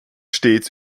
stets